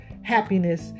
happiness